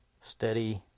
steady